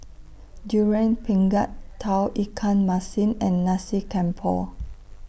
Durian Pengat Tauge Ikan Masin and Nasi Campur